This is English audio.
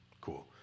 cool